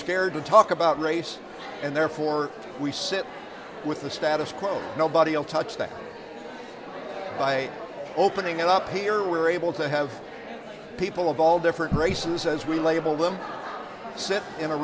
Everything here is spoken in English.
scared to talk about race and therefore we sit with the status quo nobody talks that by opening it up here we're able to have people of all different races as we label them sit in a